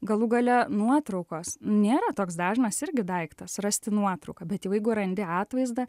galų gale nuotraukos nėra toks dažnas irgi daiktas rasti nuotrauką bet jau jeigu randi atvaizdą